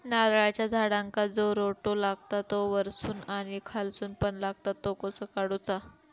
नारळाच्या झाडांका जो रोटो लागता तो वर्सून आणि खालसून पण लागता तो कसो काडूचो?